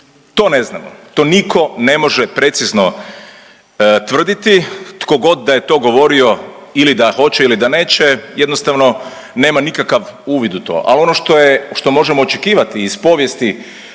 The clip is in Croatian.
To ne znamo, to niko ne može precizno tvrditi, tkogod da je to govorio ili da hoće ili da neće jednostavno nema nikakav uvid u to. Ali ono što možemo očekivati iz povijesti